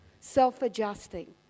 self-adjusting